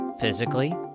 physically